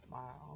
Wow